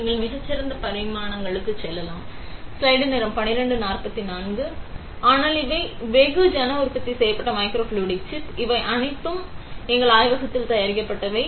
நீங்கள் மிகச் சிறந்த பரிமாணங்களுக்கு செல்லலாம் ஆனால் இவை வெகுஜன உற்பத்தி செய்யப்பட்ட மைக்ரோஃப்ளூய்டிக் சிப் இவை அனைத்தும் இவையும் எங்கள் ஆய்வகத்தில் தயாரிக்கப்பட்டவை